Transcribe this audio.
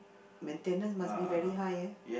maintenance must be very high ah